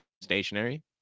stationary